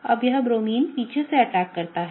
अब यह ब्रोमीन पीछे से अटैक करता है